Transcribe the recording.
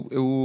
eu